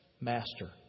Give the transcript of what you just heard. master